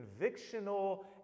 convictional